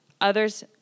others